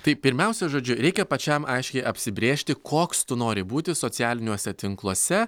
tai pirmiausia žodžiu reikia pačiam aiškiai apsibrėžti koks tu nori būti socialiniuose tinkluose